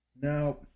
Now